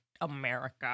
America